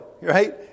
right